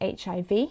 HIV